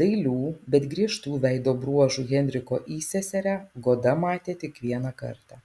dailių bet griežtų veido bruožų henriko įseserę goda matė tik vieną kartą